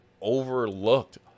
overlooked